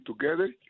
together